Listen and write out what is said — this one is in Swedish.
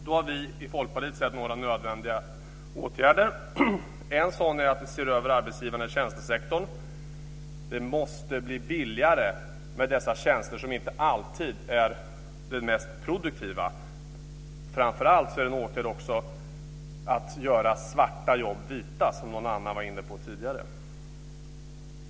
Här har vi i Folkpartiet sett några nödvändiga åtgärder. En sådan är att se över arbetsgivaravgifterna i tjänstesektorn. Det måste bli billigare med dessa tjänster, som inte alltid är de mest produktiva. Framför allt är detta en åtgärd för att göra svarta jobb vita, som någon var inne på tidigare.